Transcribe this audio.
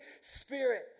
Spirit